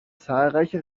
zahlreiche